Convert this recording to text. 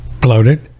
bloated